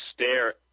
stare